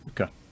Okay